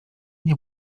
nie